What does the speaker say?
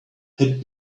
had